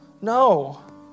no